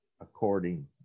according